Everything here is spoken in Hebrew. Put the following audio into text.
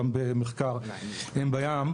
גם במחקר בים.